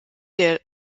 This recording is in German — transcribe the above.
der